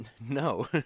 No